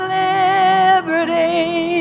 liberty